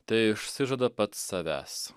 teišsižada pats savęs